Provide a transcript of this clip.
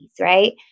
right